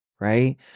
right